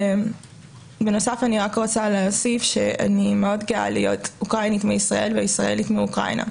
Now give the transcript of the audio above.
אני מאוד גאה להיות אוקראינית מישראל וישראלית מאוקראינה,